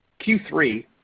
Q3